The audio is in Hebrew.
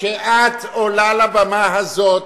כשאני אהיה ראש ממשלה, שאת עולה לבמה הזאת,